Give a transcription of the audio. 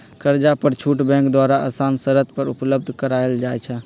कर्जा पर छुट बैंक द्वारा असान शरत पर उपलब्ध करायल जाइ छइ